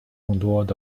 众多